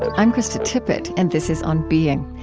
i'm krista tippett and this is on being.